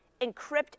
encrypt